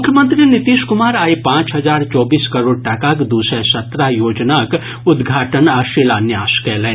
मुख्यमंत्री नीतीश कुमार आइ पांच हजार चौबीस करोड़ टाकाक दू सय सत्रह योजनाक उद्घाटन आ शिलान्यास कयलनि